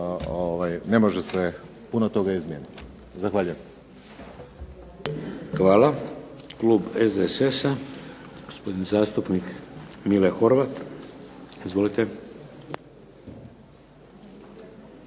ne može se puno toga iznijeti. Zahvaljujem. **Šeks, Vladimir (HDZ)** Hvala. Klub SDSS-a, gospodin zastupnik Mile Horvat. Izvolite.